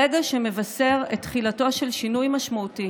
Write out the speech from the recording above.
רגע שמבשר את תחילתו של שינוי משמעותי